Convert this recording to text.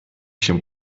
się